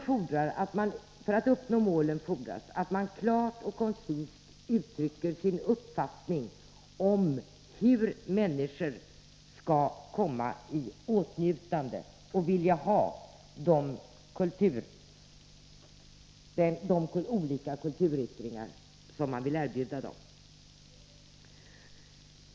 För att göra det fordras att man klart och koncist uttrycker sin uppfattning om hur människor skall komma i åtnjutande av och vilja ha de olika kulturyttringar som man vill erbjuda dem.